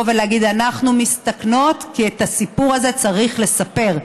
ולהגיד: אנחנו מסתכנות כי את הסיפור הזה צריך לספר,